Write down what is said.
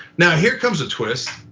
now, here comes a twist.